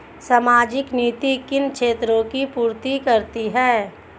सामाजिक नीति किन क्षेत्रों की पूर्ति करती है?